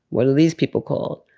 what are these people called?